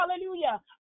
hallelujah